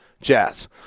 Jazz